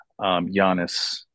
Giannis